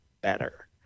better